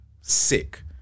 Sick